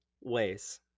ways